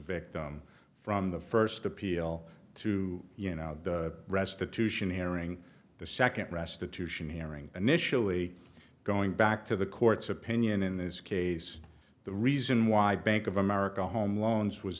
victim from the first appeal to you know the restitution hearing the second restitution hearing initially going back to the court's opinion in this case the reason why bank of america home loans was